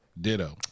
Ditto